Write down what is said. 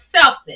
selfish